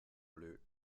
bleu